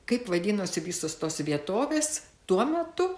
kaip vadinosi visos tos vietovės tuo metu